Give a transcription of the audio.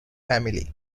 family